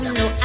no